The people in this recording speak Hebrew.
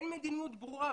אין מדיניות ברורה.